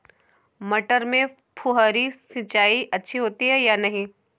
मटर में फुहरी सिंचाई अच्छी होती है या नहीं?